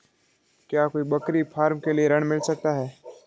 क्या कोई बकरी फार्म के लिए ऋण मिल सकता है?